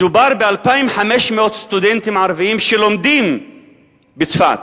מדובר ב-2,500 סטודנטים ערבים שלומדים בצפת,